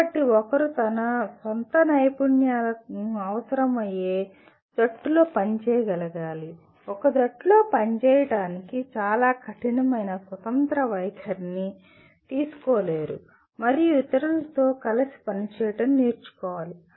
కాబట్టి ఒకరు తన సొంత నైపుణ్యాలు అవసరమయ్యే జట్టులో పనిచేయగలగాలి ఒక జట్టులో పనిచేయడానికి చాలా కఠినమైన స్వతంత్ర వైఖరిని తీసుకోలేరు మరియు ఇతరులతో కలిసి పనిచేయడం నేర్చుకోవాలి